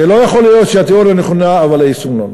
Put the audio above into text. זה לא יכול להיות שהתיאוריה נכונה אבל היישום לא נכון.